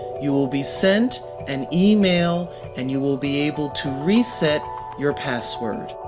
you will be sent an email and you will be able to reset your password.